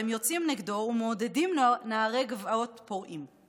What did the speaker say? אתם יוצאים נגדו ומעודדים נערי גבעות פורעים.